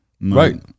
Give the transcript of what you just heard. right